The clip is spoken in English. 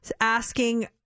asking